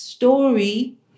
story